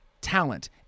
talent